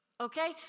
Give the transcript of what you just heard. Okay